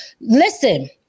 listen